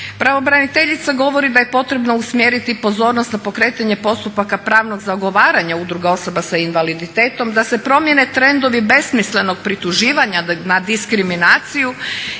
Pravobraniteljica govoriti da je potrebno usmjeriti pozornost na pokretanje postupaka pravnog zagovaranja udruga osoba sa invaliditetom da se promjene trendovi besmislenog prituživanja na diskriminaciju